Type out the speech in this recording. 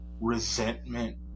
resentment